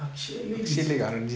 actually this